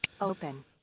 Open